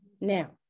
Now